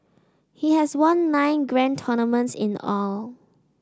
he has won nine grand tournaments in all